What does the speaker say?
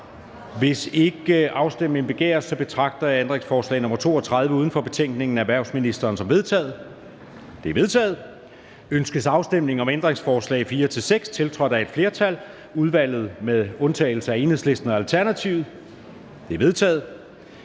Hvis ikke afstemning begæres, betragter jeg ændringsforslag nr. 32, uden for betænkningen, af erhvervsministeren, som vedtaget. Det er vedtaget. Ønskes afstemning om ændringsforslag nr. 4-6, tiltrådt af et flertal, udvalget med undtagelse af EL og ALT? De er vedtaget.